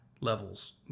levels